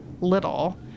little